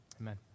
Amen